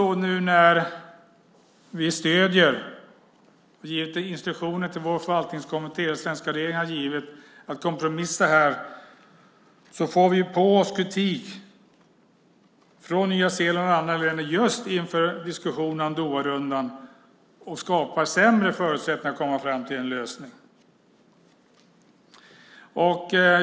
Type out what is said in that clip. Nu när vi stöder en kompromiss, och svenska regeringen har givit instruktioner till vår förvaltningskommitté, får vi kritik från Nya Zeeland och andra länder inför diskussionerna i Doharundan. Det skapar sämre förutsättningar att komma fram till en lösning.